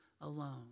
alone